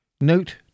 Note